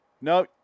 No